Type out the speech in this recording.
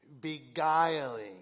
beguiling